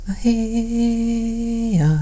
hey